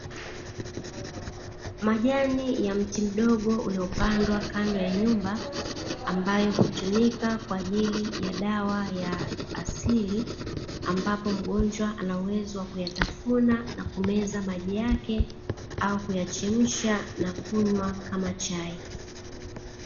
Majani ya mti mdogo uliopandwa kando ya nyumba ambayo hutumika kwa ajili ya dawa ya asili, ambapo mgonjwa anaweza kutafuna na kumeza maji yake au kuyachemsha na kunywa kama chai.